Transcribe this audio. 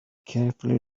carefully